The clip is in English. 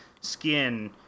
skin